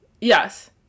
Yes